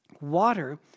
water